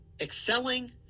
excelling